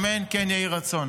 אמן כן יהי רצון.